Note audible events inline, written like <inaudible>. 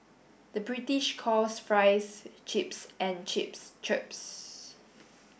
the British calls fries chips and chips <unintelligible>